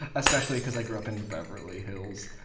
especially cause i grew up in beverly hills.